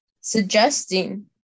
suggesting